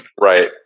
Right